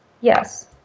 yes